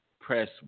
Press